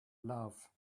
love